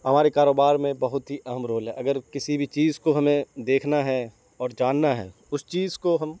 ہمارے کاروبار میں بہت ہی اہم رول ہے اگر کسی بھی چیز کو ہمیں دیکھنا ہے اور جاننا ہے اس چیز کو ہم